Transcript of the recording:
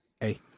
Hey